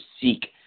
seek